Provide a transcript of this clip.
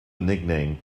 nickname